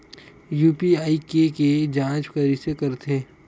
UPI के के जांच कइसे होथे?